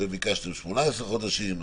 אתם ביקשתם 18 חודשים,